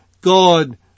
God